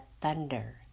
thunder